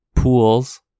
pools